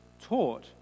taught